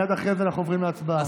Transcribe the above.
מייד אחרי זה אנחנו עוברים להצבעה.